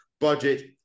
Budget